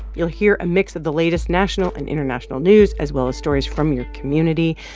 you'll hear a mix of the latest national and international news as well as stories from your community.